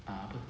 ah apa